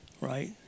right